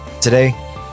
Today